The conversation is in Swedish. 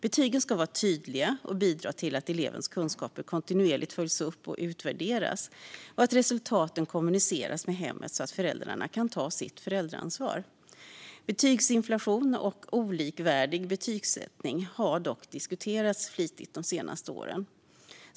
Betygen ska vara tydliga och bidra till att elevens kunskaper kontinuerligt följs upp och utvärderas. Resultaten ska kommuniceras med hemmet så att föräldrarna kan ta sitt föräldraansvar. Betygsinflation och olikvärdig betygssättning har dock diskuterats flitigt de senaste åren.